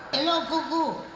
hello googoo!